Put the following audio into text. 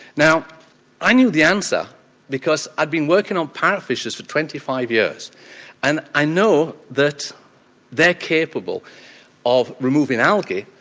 now i knew the answer because i'd been working on parrot fishes for twenty five years and i know that they're capable of removing algae,